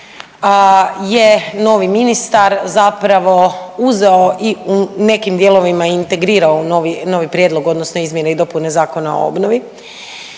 je novi ministar zapravo uzeo i u nekim dijelovima i integrirano u novi, novi prijedlog odnosno izmjene i dopune Zakona o obnovi,